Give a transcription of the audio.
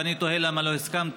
ואני תוהה למה לא הסכמת,